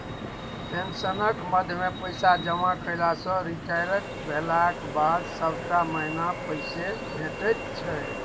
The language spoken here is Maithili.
पेंशनक मदमे पैसा जमा कएला सँ रिटायर भेलाक बाद सभटा महीना पैसे भेटैत छै